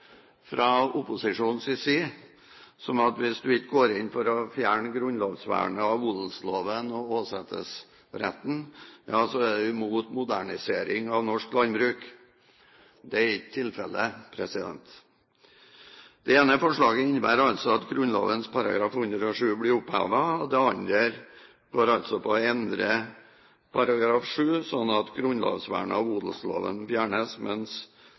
å fjerne grunnlovsvernet av odelsloven og åsetesretten, ja så er du imot modernisering av norsk landbruk. Det er ikke tilfellet. Det ene forslaget innebærer altså at Grunnloven § 107 blir opphevet. Det andre forslaget går altså på å endre § 107 slik at grunnlovsvernet av odelsloven fjernes, mens